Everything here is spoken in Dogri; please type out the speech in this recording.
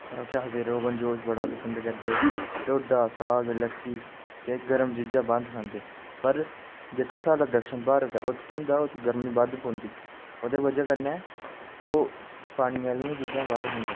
केह् आक्खदे रोगनजोश बड़ा पसंद करदे ढोड्डा साग लस्सी ते गर्म चीज़ां बंद खंदे पर जेह्का साढ़ा दक्षिण भारत ऐ उत्त केह् ऐ की गर्मी बद्ध पौंदी ओह्दी बजह कन्नै ओह् पानी आह्लियां चीज़ां बद्ध खंदे